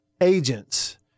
Agents